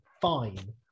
fine